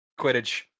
Quidditch